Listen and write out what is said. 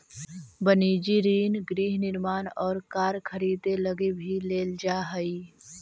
वनिजी ऋण गृह निर्माण और कार खरीदे लगी भी लेल जा हई